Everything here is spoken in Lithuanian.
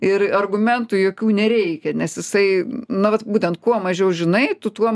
ir argumentų jokių nereikia nes jisai na vat būtent kuo mažiau žinai tu tuo